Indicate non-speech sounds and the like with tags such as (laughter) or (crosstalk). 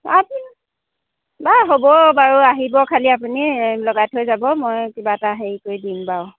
(unintelligible) বাৰু হ'ব বাৰু আহিব খালি আপুনি এই লগাই থৈ যাব মই কিবা এটা হেৰি কৰি দিম বাৰু